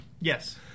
Yes